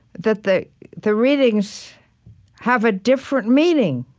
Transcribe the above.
that the the readings have a different meaning